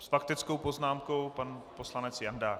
S faktickou poznámkou pan poslanec Jandák.